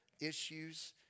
issues